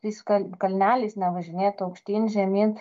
tais ka kalneliais nevažinėtų aukštyn žemyn